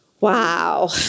Wow